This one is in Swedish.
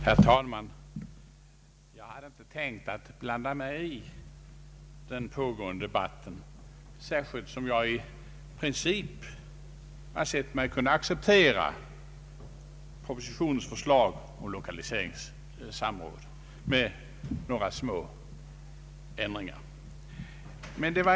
Herr talman! Jag hade inte tänkt blanda mig i den pågående debatten, särskilt som jag i princip ansett mig kunna acceptera propositionens förslag om lokaliseringssamråd, om än med några smärre ändringar.